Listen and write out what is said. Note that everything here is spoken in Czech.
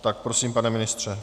Tak prosím, pane ministře.